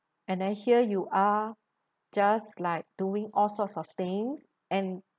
and then here you are just like doing all sorts of things and